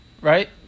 Right